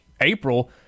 April